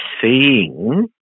seeing